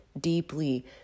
deeply